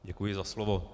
Děkuji za slovo.